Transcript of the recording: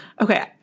okay